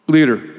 Leader